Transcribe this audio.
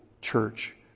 church